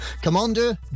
Commander